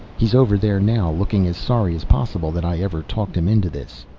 he's over there now, looking as sorry as possible that i ever talked him into this.